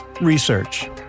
research